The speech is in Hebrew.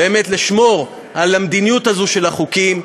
לשמור על המדיניות הזו של החוקים,